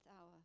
hour